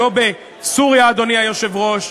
לא בסוריה, אדוני היושב-ראש,